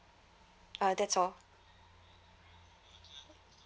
uh that's all